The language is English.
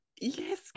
Yes